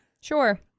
Sure